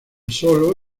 sólo